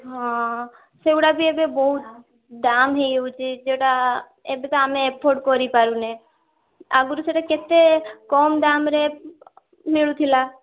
ହଁ ସେଗୁଡ଼ାବି ଏବେ ବହୁତ ଦାମ୍ ହେଇଯାଉଛି ସେଟା ଏବେ ତ ଆମେ ଏଫର୍ଡ଼ କରିପାରୁନେ ଆଗରୁ ସେଟା କେତେ କମ୍ ଦାମ୍ରେ ମିଳୁଥିଲା